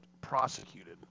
prosecuted